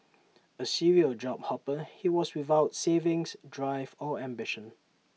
A serial job hopper he was without savings drive or ambition